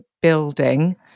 building